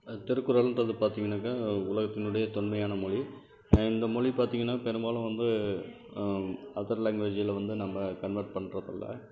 அது திருக்குறள்ங்றது பார்த்தீங்கன்னாக்கா உலகினுடைய தொன்மையான மொழி இந்த மொழி பார்த்தீங்கன்னா பெரும்பாலும் வந்து அதர் லாங்குவேஜில் வந்து நம்ம கன்வெர்ட் பண்ணுறதில்ல